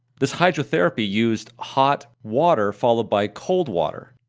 this hydrotherapy used hot water followed by cold water,